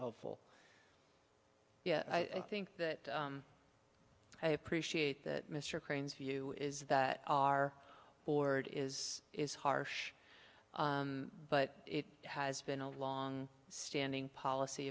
helpful yeah i think that i appreciate that mr crane's view is that our ward is is harsh but it has been a long standing policy